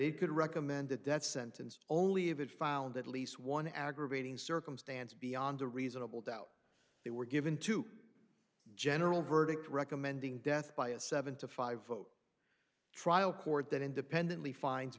it could recommend a death sentence only if it found at least one aggravating circumstance beyond a reasonable doubt they were given to general verdict recommending death by a seven to five vote trial court that independently finds